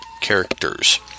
characters